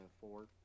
four